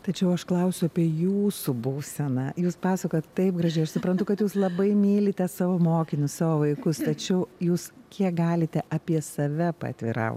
tačiau aš klausiu apie jūsų būseną jūs pasakojat taip gražiai aš suprantu kad jūs labai mylite savo mokinius savo vaikus tačiau jūs kiek galite apie save paatvirau